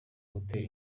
gutera